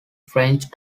french